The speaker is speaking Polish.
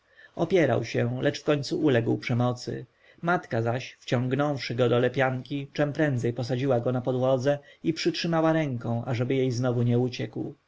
opierał się lecz wkońcu uległ przemocy matka zaś wciągnąwszy go do lepianki czem prędzej posadziła go na podłodze i przytrzymała ręką ażeby jej znowu nie uciekł